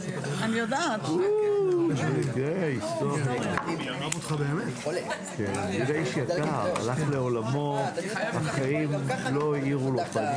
09:56.